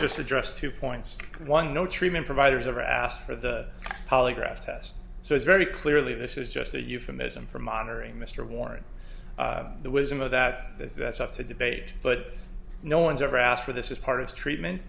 just address two points one no treatment providers are asked for the polygraph test so it's very clearly this is just a euphemism for monitoring mr warren the wisdom of that that's that's up to debate but no one's ever asked for this is part of treatment